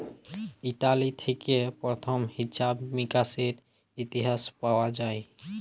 Italy থেক্যে প্রথম হিছাব মিকাশের ইতিহাস পাওয়া যায়